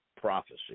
prophecy